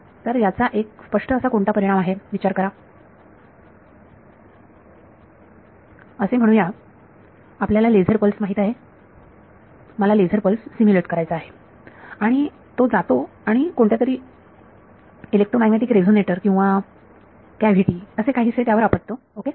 तर याचा एक स्पष्ट असा कोणता परिणाम आहे विचार करा असे म्हणू या आपल्याला लेझर पल्स माहित आहे मला लेझर पल्स सिम्युलेट करायचा आहे आणि तो जातो आणि कोणत्यातरी इलेक्ट्रोमॅग्नेटिक रेझोनेटर किंवा कॅव्हिटी असे काही से त्यावर आपटतो ओके